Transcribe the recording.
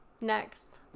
Next